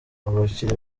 abakiri